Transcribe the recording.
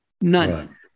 None